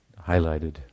highlighted